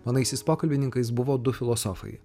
manaisiais pokalbininkais buvo du filosofai